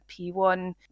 p1